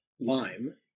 lime